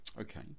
Okay